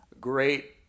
great